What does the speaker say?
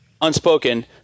unspoken